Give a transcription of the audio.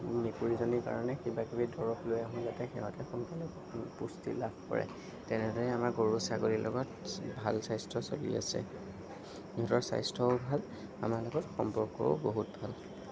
মেকুৰীজনীৰ কাৰণে কিবা কিবি দৰব লৈ আহোঁ যাতে সিহঁতে সোনকালে পুষ্টি লাভ কৰে তেনেদৰে আমাৰ গৰু ছাগলীৰ লগত ভাল স্বাস্থ্য চলি আছে সিহঁতৰ স্বাস্থ্যও ভাল আমাৰ লগত সম্পৰ্কও বহুত ভাল